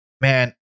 man